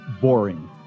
Boring